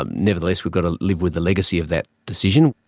um nevertheless, we've got to live with the legacy of that decision.